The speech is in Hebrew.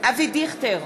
אבי דיכטר,